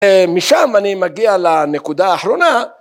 משם אני מגיע לנקודה האחרונה